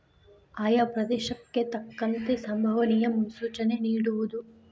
ಆಯಾ ಪ್ರದೇಶಕ್ಕೆ ತಕ್ಕಂತೆ ಸಂಬವನಿಯ ಮುನ್ಸೂಚನೆ ನಿಡುವುದು